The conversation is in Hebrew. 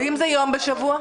ואם זה יום בשבוע?